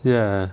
ya ya